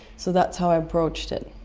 so that's how i broached it.